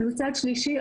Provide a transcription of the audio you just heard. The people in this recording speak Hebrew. מצד שלישי,